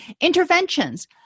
Interventions